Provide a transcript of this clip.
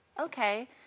okay